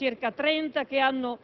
abbiamo svolto numerose audizioni (circa trenta) che hanno